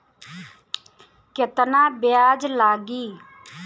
केतना ब्याज लागी?